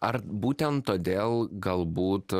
ar būtent todėl galbūt